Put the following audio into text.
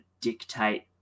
dictate